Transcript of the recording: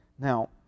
Now